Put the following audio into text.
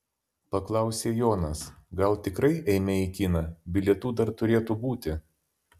paklausė jonas gal tikrai eime į kiną bilietų dar turėtų būti